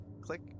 click